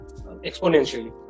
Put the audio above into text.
exponentially